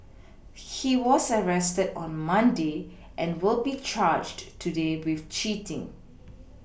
he was arrested on Monday and will be charged today with cheating